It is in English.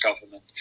government